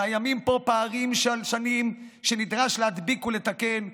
קיימים פה פערים של שנים שנדרש להדביק ולתקן,